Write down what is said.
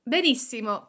Benissimo